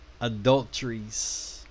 adulteries